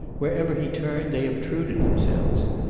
wherever he turned, they obtruded themselves.